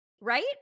right